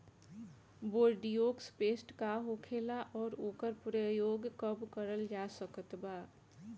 Bordeaux paste का होखेला और ओकर प्रयोग कब करल जा सकत बा?